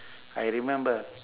I remember